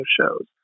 shows